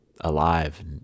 alive